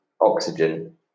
oxygen